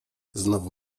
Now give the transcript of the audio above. znowu